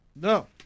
No